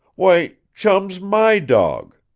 why chum's my dawg!